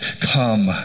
come